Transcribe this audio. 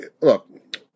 look